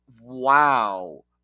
wow